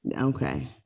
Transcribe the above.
Okay